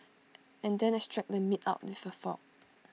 and then extract the meat out with A fork